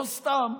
לא סתם.